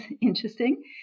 interesting